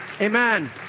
Amen